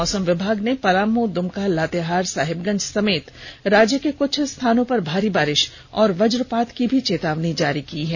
मौसम विभाग ने पलामू दुमका लातेहार साहिबगंज समेत राज्य के कुछ स्थानों पर भारी बारिश और वज्रपात की भी चेतावनी जारी की है